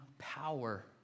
Power